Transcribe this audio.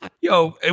Yo